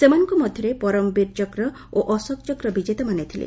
ସେମାନଙ୍କ ମଧ୍ୟରେ ପରମବୀର ଚକ୍ର ଓ ଅଶୋକଚକ୍ର ବିଜେତାମାନେ ଥିଲେ